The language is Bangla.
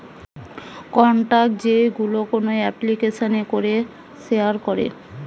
কন্টাক্ট যেইগুলো কোন এপ্লিকেশানে করে শেয়ার করে